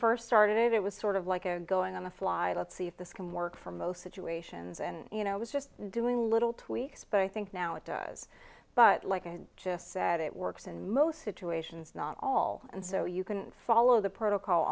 first started it was sort of like a going on the fly let's see if this can work for most situations and you know i was just doing little tweaks but i think now it does but like i just said it works in most situations not all and so you can follow the p